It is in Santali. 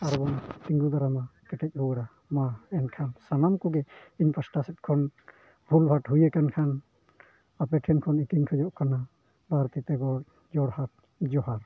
ᱟᱨᱵᱚᱱ ᱛᱤᱸᱜᱩ ᱫᱟᱨᱟᱢᱟ ᱠᱮᱴᱮᱡ ᱨᱩᱣᱟᱹᱲᱟ ᱢᱟ ᱮᱱᱠᱷᱟᱱ ᱥᱟᱱᱟᱢ ᱠᱚᱜᱮ ᱤᱧ ᱯᱟᱥᱴᱟ ᱥᱮᱫ ᱠᱷᱚᱱ ᱵᱷᱩᱞᱵᱷᱟᱴ ᱦᱩᱭ ᱟᱠᱟᱱ ᱠᱷᱟᱱ ᱟᱯᱮ ᱴᱷᱮᱱᱠᱷᱚᱱ ᱤᱠᱟᱹᱧ ᱠᱷᱚᱡᱚᱜ ᱠᱟᱱᱟ ᱵᱟᱨ ᱛᱤᱛᱮ ᱜᱚᱰ ᱡᱳᱲᱦᱟᱛ ᱡᱚᱦᱟᱨ